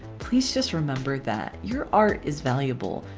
please just remember that your art is valuable,